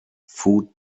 food